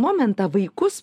momentą vaikus